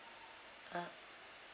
uh